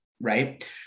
Right